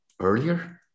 earlier